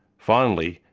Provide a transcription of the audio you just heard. finally,